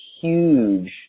huge